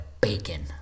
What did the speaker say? bacon